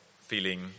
feeling